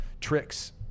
tricks